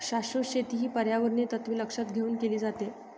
शाश्वत शेती ही पर्यावरणीय तत्त्वे लक्षात घेऊन केली जाते